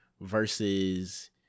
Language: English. versus